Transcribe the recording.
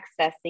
accessing